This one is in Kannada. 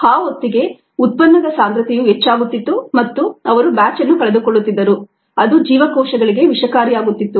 ಆ ಹೊತ್ತಿಗೆ ಉತ್ಪನ್ನದ ಸಾಂದ್ರತೆಯು ಹೆಚ್ಚಾಗುತ್ತಿತ್ತು ಮತ್ತು ಅವರು ಬ್ಯಾಚ್ ಅನ್ನು ಕಳೆದುಕೊಳ್ಳುತ್ತಿದ್ದರು ಅದು ಜೀವಕೋಶಗಳಿಗೆ ವಿಷಕಾರಿಯಾಗುತ್ತಿತ್ತು